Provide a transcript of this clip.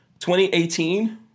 2018